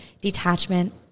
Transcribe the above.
detachment